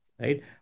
right